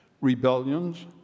rebellions